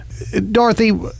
Dorothy